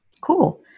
Cool